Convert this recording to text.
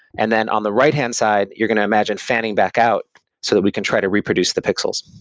and then on the right-hand side, you're going to imagine fanning back out so that we can try to reproduce the pixels,